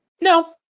No